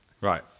Right